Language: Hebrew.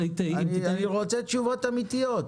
אני רוצה תשובות אמתיות.